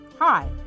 Hi